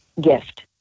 gift